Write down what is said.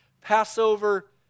Passover